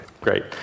Great